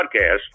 podcast